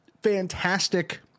fantastic